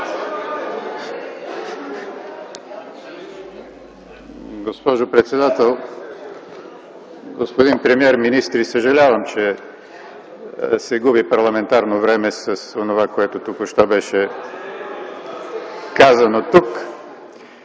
Госпожо председател, господин премиер, министри! Съжалявам, че се губи парламентарно време с онова, което току-що беше казано тук.